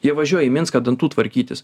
jie važiuoja į minską dantų tvarkytis